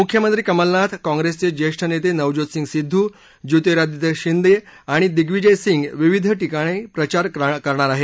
मुख्यमंत्री कमलनाथ काँप्रेसचे ज्येष्ठ नेते नवज्योतसिंग सिद्धू ज्योतिरादित्य शिंदे आणि दिग्विजय सिंग विविध ठिकाणी प्रचार करणार आहेत